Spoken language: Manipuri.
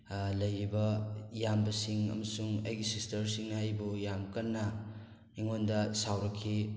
ꯂꯩꯔꯤꯕ ꯏꯌꯥꯝꯕꯁꯤꯡ ꯑꯃꯁꯨꯡ ꯑꯩꯒꯤ ꯁꯤꯁꯇꯔꯁꯤꯡꯅ ꯑꯩꯕꯨ ꯌꯥꯝ ꯀꯟꯅ ꯑꯩꯉꯣꯟꯗ ꯁꯥꯎꯔꯛꯈꯤ